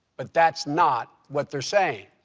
but that's not what they're saying.